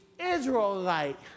Israelite